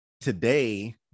today